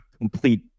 complete